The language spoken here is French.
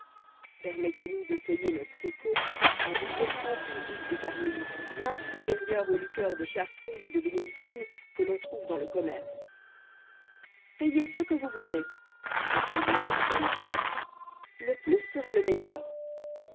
permettez nous de payer notre écot en vous offrant une goutte de carmélite bien supérieure aux liqueurs de chartreuse et de bénédictine que l'on trouve dans le commerce payez ce que vous voudrez répondirent les folles filles le plus sera le meilleur